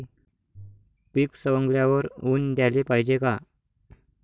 पीक सवंगल्यावर ऊन द्याले पायजे का?